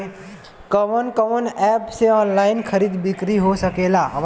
कवन कवन एप से ऑनलाइन खरीद बिक्री हो सकेला?